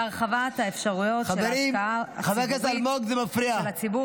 והרחבת אפשרויות ההשקעה של הציבור